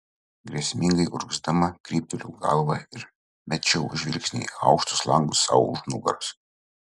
grėsmingai urgzdama kryptelėjau galvą ir mečiau žvilgsnį į aukštus langus sau už nugaros